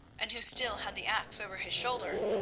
and who still had the axe over his shoulder.